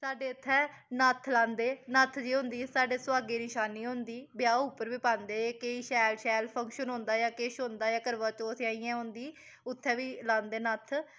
साड्डै इत्थै नत्थ लांदे नत्थ जे होंदी ऐ साढ़े सुहागै दी नशानी होंदी ब्याह् उप्पर बी पांदे केईं शैल शैल फक्शंन होंदा जां केश होंदा जां करवाचौथ जां इयां होंदी उत्थैं बी लांदे नत्थ